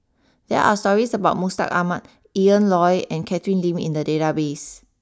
there are stories about Mustaq Ahmad Ian Loy and Catherine Lim in the database